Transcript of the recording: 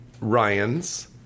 Ryans